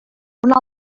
una